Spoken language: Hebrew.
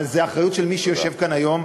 אבל זו האחריות של כל מי שיושב כאן היום.